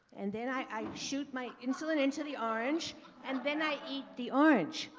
and then i shoot my insulin into the orange and then i eat the orange.